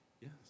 Yes